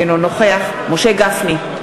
אינו נוכח משה גפני,